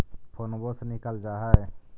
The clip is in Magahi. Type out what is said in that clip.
फोनवो से निकल जा है?